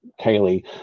Kaylee